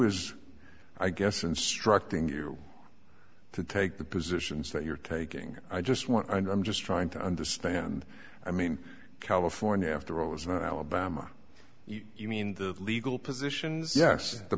is i guess instructing you to take the positions that you're taking i just want and i'm just trying to understand i mean california after all isn't alabama you mean the legal positions yes the